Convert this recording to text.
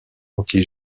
anti